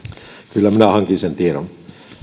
kyllä minä hankin sen tiedon